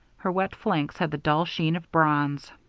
her wet flanks had the dull sheen of bronze.